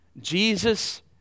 Jesus